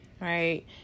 right